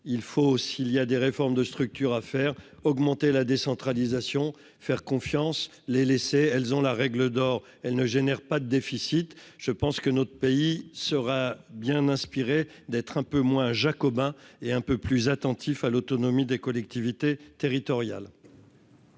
il faut aussi, il y a des réformes de structure à faire augmenter la décentralisation faire confiance les laisser, elles ont la règle d'or, elle ne génère pas de déficit, je pense que notre pays sera bien inspiré d'être un peu moins jacobin et un peu plus attentif à l'autonomie des collectivités territoriales.